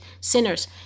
sinners